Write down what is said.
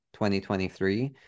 2023